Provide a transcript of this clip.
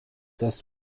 das